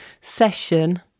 session